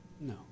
No